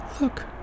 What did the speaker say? Look